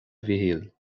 mhichíl